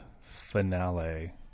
finale